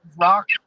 rock